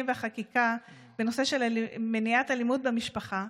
והחקיקה לנושא מניעת אלימות במשפחה,